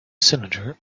cylinder